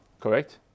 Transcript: correct